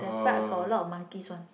that part got a lot of monkeys one